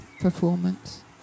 performance